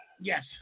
Yes